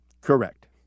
Correct